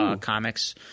comics